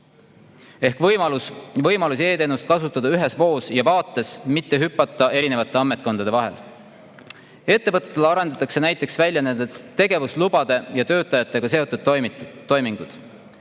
on võimalus e-teenust kasutada ühes voos ja vaates, mitte hüpata erinevate ametkondade vahel. Ettevõtetele arendatakse näiteks välja nende tegevuslubade ja töötajatega seotud toimingud.